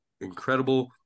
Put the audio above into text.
incredible